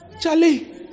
Charlie